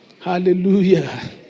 hallelujah